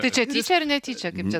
tai čia tyčia ar netyčia kaip čia